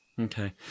Okay